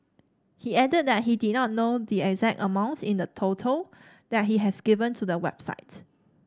he added that he did not know the exact amounts in the total that he has given to the website